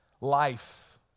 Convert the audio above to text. life